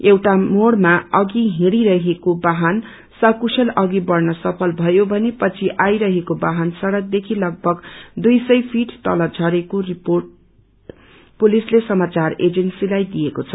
एउटा मोडमा अथि हिँडी रहेको वाहन सकुशल अधि बढ़न सफल भयो भने पछि आइरहेको वाहन सड़क देखि लगभग दुई सय फिट तल झरेको रपिोर्ट पुलिसले समाचार एजेन्सीलाई दिएको छ